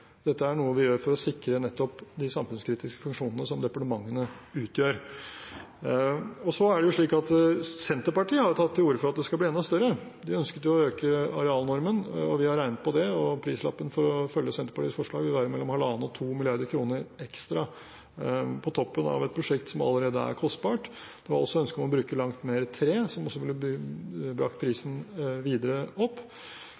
dette er noe vi gjør for å sikre nettopp de samfunnskritiske funksjonene som departementene utgjør. Senterpartiet har tatt til orde for at det skal bli enda større – de ønsket å øke arealnormen – og vi har regnet på det. Prislappen for å følge Senterpartiets forslag vil være mellom 1,5 mrd. kr og 2 mrd. kr ekstra på toppen av et prosjekt som allerede er kostbart. Det var også et ønske om å bruke langt mer tre, som også ville brakt